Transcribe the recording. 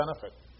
benefit